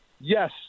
yes